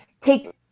take